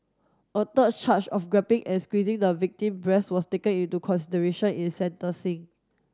a third charge of grabbing and squeezing the victim breast was taken into consideration in sentencing